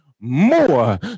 More